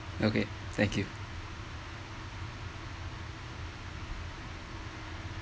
okay thank you